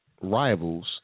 rivals